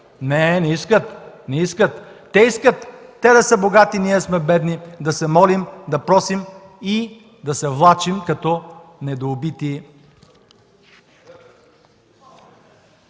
Не, не искат! Не искат! Искат те да са богати, ние да сме бедни, да се молим, да просим и да се влачим като недоубити